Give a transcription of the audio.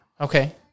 Okay